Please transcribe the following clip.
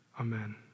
Amen